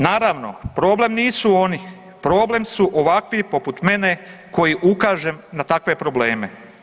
Naravno, problem nisu oni problem su ovakvi poput mene koji ukažem na takve probleme.